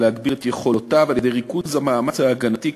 להגביר את יכולותיו על-ידי ריכוז המאמץ ההגנתי,